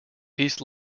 east